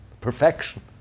perfection